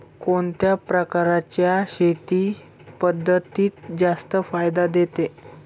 कोणत्या प्रकारच्या शेती पद्धतीत जास्त फायदा होतो?